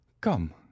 come